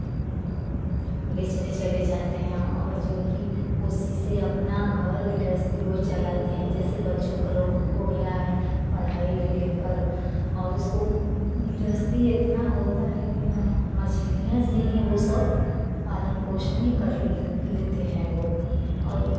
बेचने चले जाते हैं और जो कि उसी से अपना घर गृहस्थी वह चलाते हैं जैसे बच्चों को लोक हो गया है पढ़ाई भी लेकर और उसको गृहस्थी इतना होता है कि न मछलिएँ से हीं ओ सब पालन पोषण हीं कर लेते हैं वह और